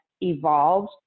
evolved